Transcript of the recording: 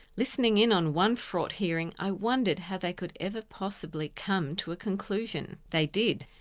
listening in on one fraught hearing i wondered how they could ever possibly come to a conclusion they did.